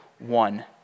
One